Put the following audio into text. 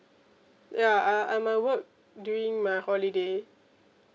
ya uh I might work during my holiday